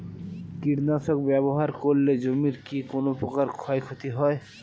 কীটনাশক ব্যাবহার করলে জমির কী কোন প্রকার ক্ষয় ক্ষতি হয়?